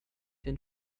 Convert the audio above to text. den